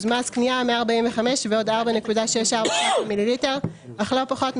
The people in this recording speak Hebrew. מס קנייה 145% + 4.64 ש"ח למ"ל אל"פ מ-8.90